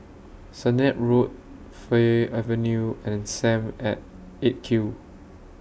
Sennett Road Fir Avenue and SAM At eight Q